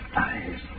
eyes